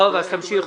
טוב, אז תמשיכו.